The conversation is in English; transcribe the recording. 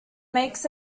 makes